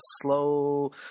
slow